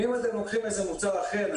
ואם אתם לוקחים מוצר אחר,